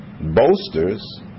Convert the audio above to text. Boasters